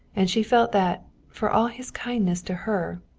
and she felt that, for all his kindness to her,